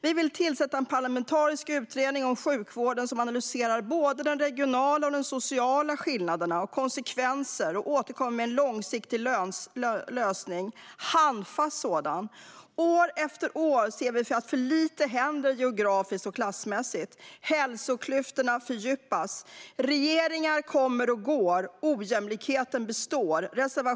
Vi vill tillsätta en parlamentarisk utredning om sjukvården som analyserar både de regionala och de sociala skillnaderna och konsekvenser av dessa, och vi vill att utredningen ska återkomma med en långsiktig och handfast lösning. År efter år ser vi att för lite händer geografiskt och klassmässigt. Hälsoklyftorna fördjupas. Regeringar kommer och går, och ojämlikheten består.